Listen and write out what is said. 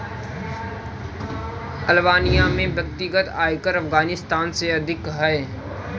Albania में व्यक्तिगत आयकर अफ़ग़ानिस्तान से अधिक है